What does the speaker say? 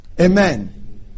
Amen